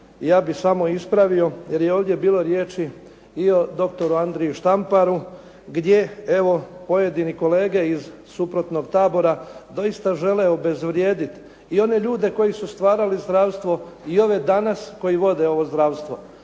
ja bih samo ispravio jer je ovdje bilo riječi i o doktoru Andriji Štamparu gdje evo pojedini kolege iz suprotnog tabora doista žele obezvrijediti i one ljude koji su stvarali zdravstvo i ove danas koji vode ovo zdravstvo.